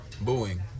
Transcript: booing